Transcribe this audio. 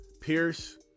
Pierce